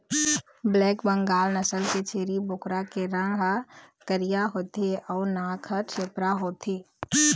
black Bengal नसल के छेरी बोकरा के रंग ह करिया होथे अउ नाक ह छेपका होथे